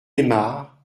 aymard